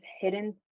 hidden